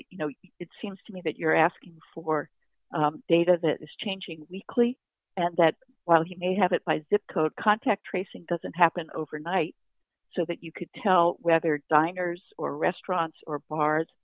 you know it seems to me that you're asking for data that is changing weekly and that while he may have it by zip code contact tracing doesn't happen overnight so that you could tell whether diners or restaurants or bars